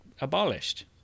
abolished